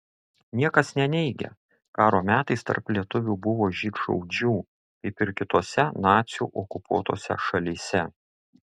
niekas neneigia karo metais tarp lietuvių buvo žydšaudžių kaip ir kitose nacių okupuotose šalyse